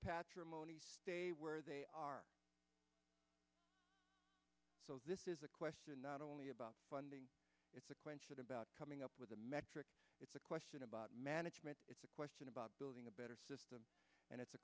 patrimony where they are so this is a question not only about funding it's a question about coming up with a metric it's a question about management it's a question about building a better system and it's a